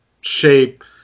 shape